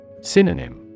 Synonym